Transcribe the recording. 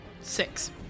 Six